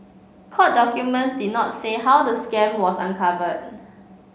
court documents did not say how the scam was uncovered